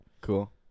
cool